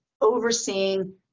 overseeing